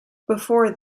before